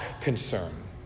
concern